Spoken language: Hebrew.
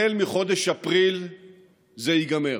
בחודש אפריל זה ייגמר.